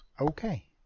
okay